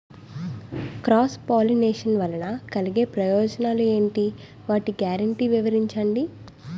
Cross pollination వలన కలిగే ప్రయోజనాలు ఎంటి? వాటి గ్యారంటీ వివరించండి?